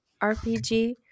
RPG